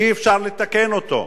אי-אפשר לתקן אותו.